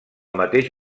mateix